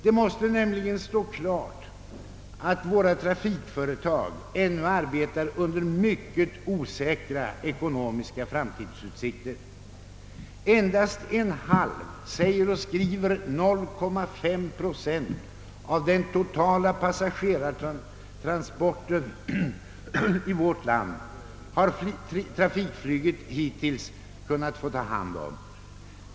Det måste nämligen stå klart att våra flygtrafikföretag ännu arbetar under mycket osäkra ekonomiska framtidsutsikter. Endast en halv, säger och skriver 0,5, procent av den totala passagerartransporten i vårt land har trafikflyget hittills kunnat ta hand om.